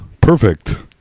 Perfect